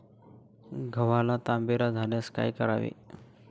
गव्हाला तांबेरा झाल्यास काय करावे?